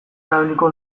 erabiliko